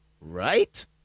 right